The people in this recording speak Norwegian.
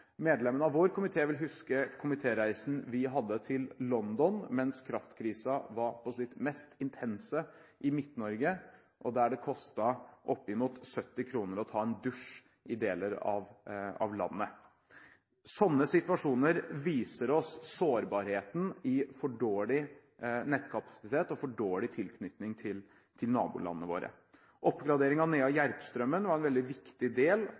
Medlemmene av vår komité vil huske komitéreisen vi hadde til London mens kraftkrisen var på sitt mest intense i Midt-Norge, der det kostet opp mot 70 kr å ta en dusj i deler av landet. Sånne situasjoner viser oss sårbarheten ved for dårlig nettkapasitet og for dårlig tilknytning til nabolandene våre. Oppgraderingen av Nea–Järpströmmen var en veldig viktig del